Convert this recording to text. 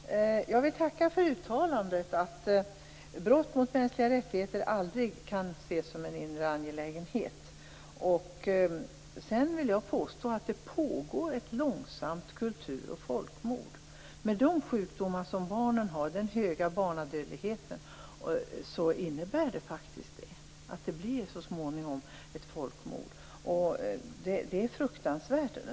Fru talman! Jag tackar för uttalandet, att brott mot mänskliga rättigheter aldrig kan ses som en inre angelägenhet. Det pågår ett långsamt kultur och folkmord. Sjukdomar hos barn och hög barnadödlighet innebär så småningom ett folkmord. Det är fruktansvärt.